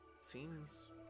seems